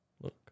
Look